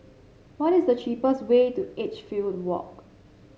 what is the cheapest way to Edgefield Walk